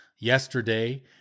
Yesterday